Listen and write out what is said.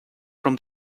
from